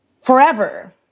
forever